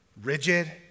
rigid